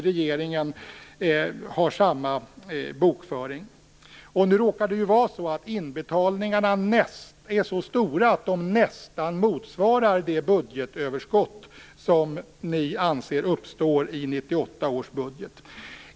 Regeringen har samma bokföring. Nu råkar det vara så att inbetalningarna är så stora att de nästan motsvarar det budgetöverskott som ni anser uppstår i 1998 års budget.